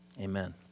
Amen